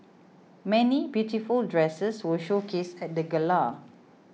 many beautiful dresses were showcased at the gala